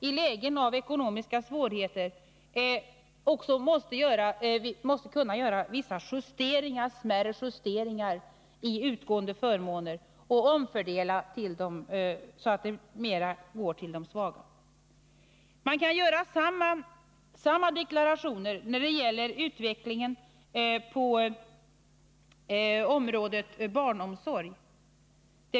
I lägen av ekonomiska svårigheter måste vi göra vissa smärre justeringar i utgående förmåner och omfördela till de svagares förmån. Man kan göra samma deklarationer när det gäller utvecklingen på barnomsorgens område.